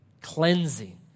cleansing